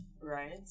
right